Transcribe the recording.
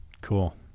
Cool